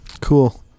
Cool